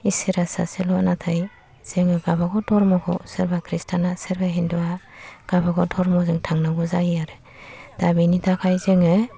इसोरा सासेल' नाथाय जोङो माबाखौ धर्मखौ सोरबा खृष्टाना सोरबा हिन्दुआ गावबा गाव धर्मजों थांनांगौ जायो आरो दा बेनि थाखाय जोङो